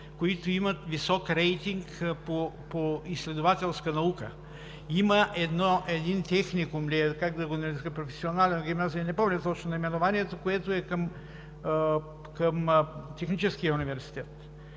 които имат висок рейтинг по изследователска наука. Има един техникум, как да го нарека, професионална гимназия – не помня точно наименованието, който е към Техническия университет.